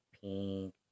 pink